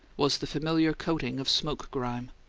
was the familiar coating of smoke grime.